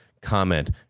comment